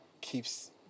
keeps